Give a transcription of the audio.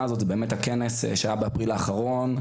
הזו זה באמת הכנס שהיה באפריל האחרון,